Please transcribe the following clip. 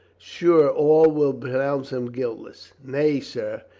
sure all will pronounce him guiltless. nay, sir,